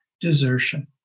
desertion